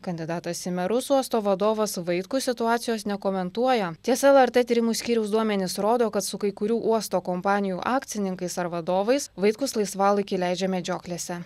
kandidatas į merus uosto vadovas vaitkus situacijos nekomentuoja tiesa lrt tyrimų skyriaus duomenys rodo kad su kai kurių uosto kompanijų akcininkais ar vadovais vaitkus laisvalaikį leidžia medžioklėse